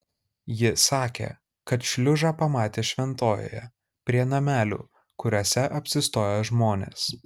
ji sakė kad šliužą pamatė šventojoje prie namelių kuriuose apsistoja žmonės